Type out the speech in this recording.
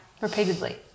repeatedly